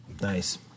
Nice